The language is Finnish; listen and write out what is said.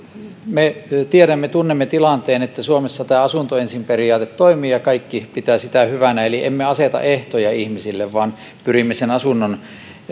me tiedämme ja tunnemme tilanteen että suomessa tämä asunto ensin periaate toimii ja kaikki pitävät sitä hyvänä eli emme aseta ehtoja ihmisille vaan pyrimme sen asunnon